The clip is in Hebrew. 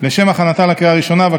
לשם הכנתה לקריאה הראשונה.